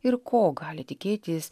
ir ko gali tikėtis